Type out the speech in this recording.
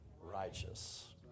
righteous